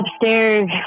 upstairs